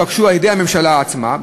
חלק מהשינויים התבקשו על-ידי הממשלה במסגרת